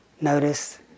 notice